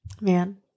Man